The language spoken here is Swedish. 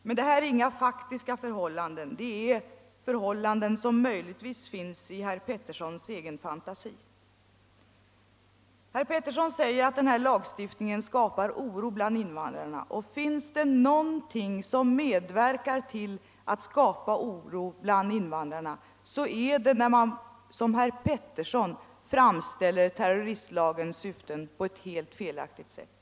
Men detta är inga faktiska förhållanden, utan det är sådant som möjligtvis finns i herr Petterssons egen fantasi. Herr Pettersson säger att denna lagstiftning skapar oro bland invandrarna, men om det finns något som medverkar till att skapa oro bland dem, så är det när man som herr Pettersson gör framställer terroristlagens syften på ett helt felaktigt sätt.